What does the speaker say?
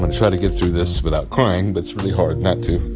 and try to get through this without crying, but it's really hard not to.